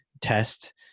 test